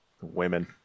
Women